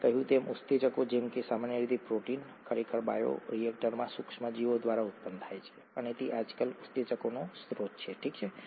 આપણે કહ્યું તેમ ઉત્સેચકો જેમ કે સામાન્ય રીતે પ્રોટીન ખરેખર બાયોરિએક્ટરમાં સુક્ષ્મસજીવો દ્વારા ઉત્પન્ન થાય છે અને તે આજકાલ ઉત્સેચકોનો સ્ત્રોત છે ઠીક છે